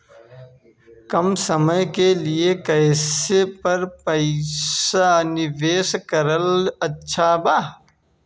कम समय के लिए केस पर पईसा निवेश करल अच्छा बा?